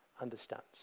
understands